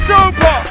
Super